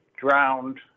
drowned